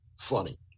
funny